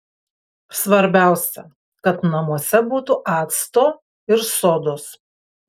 svarbiausia kad namuose būtų acto ir sodos